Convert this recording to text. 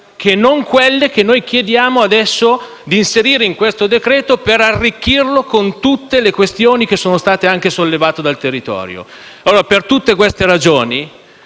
che non quelle che chiediamo adesso di inserire nel decreto-legge, per arricchirlo con tutte le questioni che sono state anche sollevate dal territorio. Per tutte queste ragioni